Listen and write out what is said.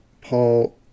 Paul